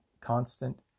constant